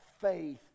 faith